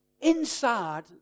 inside